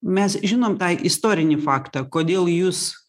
mes žinom tą istorinį faktą kodėl jūs